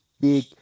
big